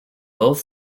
both